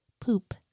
poop